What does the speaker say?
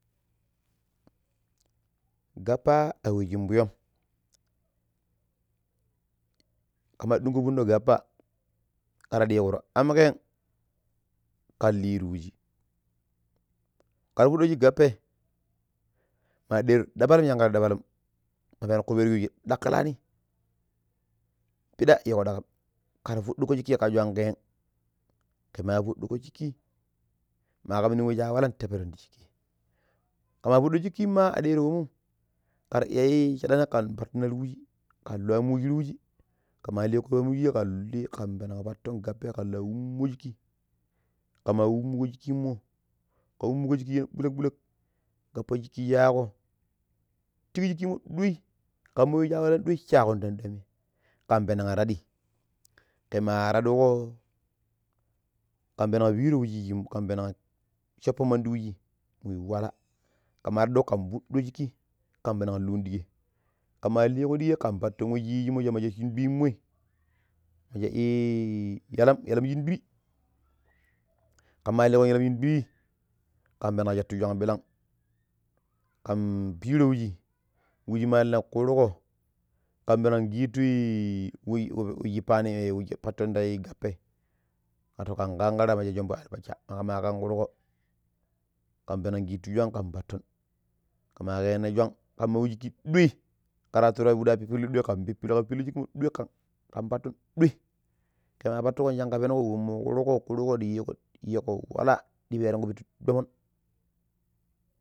Gabpa a we shin fuyom. Kamar dungo fundo gabpa kar dikkiru am keen kan, li ti wuji. Kar fuddo shik gabpa ma dero dabal shankar dabalma, ma peno ku pira sosai dakkuilani, pida yiko daakam kar fudo shikki ka swan keen, ka ma fuddokko shikki ma kamnin we shi a wallam ta peramo ti shikki kama fuddo shikkin ma a dero wamom. Kar iya sadini kan pattina ti wuji kan lu amma wuji ti wuji, kama liko amma li wu ka penon patton gabpai kan la wuko shikki, kama wumugo shikkimo ka wummugo shikki yiko bulak bulak gabpa shikki shaako. Teen shikki mo ɗoi kan ma we shi a wallam dai saakon ta andoi ammii kan penen tadi, kema tadi ko, kan penan piro wuji shi kan pena shovon mandi wuji mu ibu wala, kama tadiko kan fuddo shikki kam pena lun dikei, ka ma likko dikei kan penan patto we yi naa yiji ma sa shin twiimoi, maja i-i yalam yalam sin twi. Kama likko yalam shin twi ka penan sattu swan billan kan piro wujii, wuji ma ilikurgo kan penna kettu wu wushipani wapatton ta gabpai wato kan kankra maja soonvoi albassa kama kankurko kan penen kittu swan kan patton, kama kerina swan kam ma wu shikii, doi, kara tura pidua pipillu doi kan pipillu kan pilua shikki moi doi kan patton doi kama patugon she shanga penngo wenmo kurko kurko doi yigo wall she dipee taka pittu toomom.